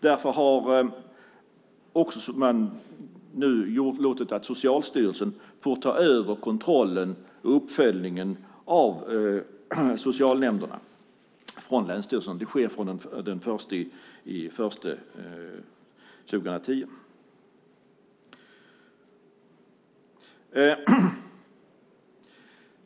Därför har man låtit Socialstyrelsen ta över kontrollen och uppföljningen av socialnämnderna från länsstyrelsen. Det sker från den 1 januari 2010.